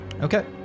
okay